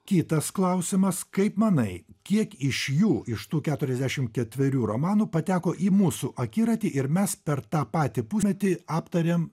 kitas klausimas kaip manai kiek iš jų iš tų keturiasdešim ketverių romanų pateko į mūsų akiratį ir mes per tą patį pusmetį aptarėm